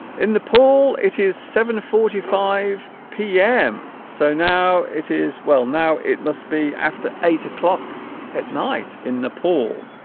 in nepal it is seven forty five p m. so now it is well now it must be after eight o'clock at night in nepal